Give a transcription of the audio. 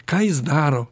ką jis daro